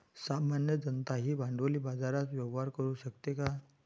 सामान्य जनताही भांडवली बाजारात व्यवहार करू शकते का?